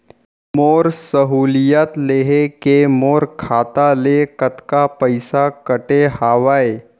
मोर सहुलियत लेहे के मोर खाता ले कतका पइसा कटे हवये?